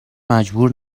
مجبور